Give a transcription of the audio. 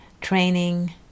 training